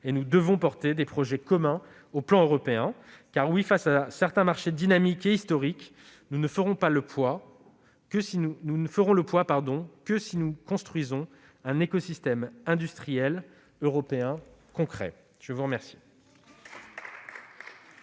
et nous devons porter des projets communs au plan européen. En effet, face à certains marchés dynamiques et historiques, nous ne ferons le poids que si nous construisons un écosystème industriel européen concret. La parole